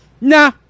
Nah